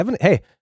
Hey